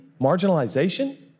marginalization